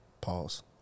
Pause